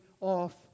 off